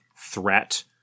threat